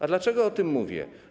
A dlaczego o tym mówię?